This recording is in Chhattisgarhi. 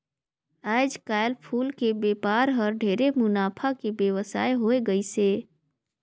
आयज कायल फूल के बेपार हर ढेरे मुनाफा के बेवसाय होवे गईस हे